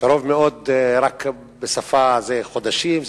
"קרוב מאוד" זה חודשים?